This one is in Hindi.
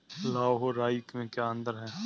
लाह व राई में क्या अंतर है?